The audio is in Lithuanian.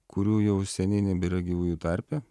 kurių jau seniai nebėra gyvųjų tarpe